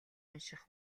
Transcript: унших